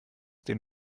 den